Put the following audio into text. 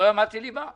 לא למדתי ליבה.